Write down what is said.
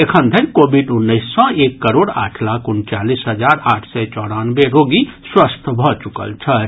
एखन धरि कोविड उन्नैस सँ एक करोड़ आठ लाख उनचालीस हजार आठ सय चौरानवे रोगी स्वस्थ भऽ चुकल छथि